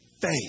faith